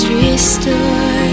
restored